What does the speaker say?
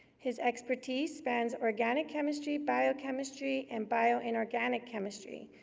his expertise spans organic chemistry, biochemistry, and bio-inorganic chemistry.